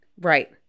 Right